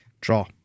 draw